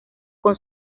con